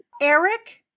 Eric